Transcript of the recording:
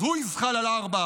אז הוא יזחל על ארבע,